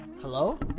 Hello